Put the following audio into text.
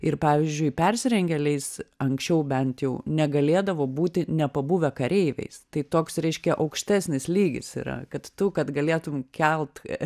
ir pavyzdžiui persirengėliais anksčiau bent jau negalėdavo būti nepabuvę kareiviais tai toks reiškia aukštesnis lygis yra kad tu kad galėtum kelt